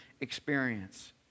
experience